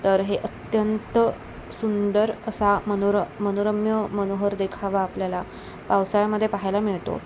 तर हे अत्यंत सुंदर असा मनोर मनोरम्य मनोहर देखावा आपल्याला पावसाळ्यामधे पाहायला मिळतो